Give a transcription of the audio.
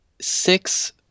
six